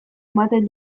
ematen